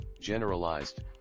generalized